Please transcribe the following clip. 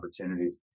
opportunities